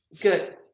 Good